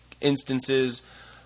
instances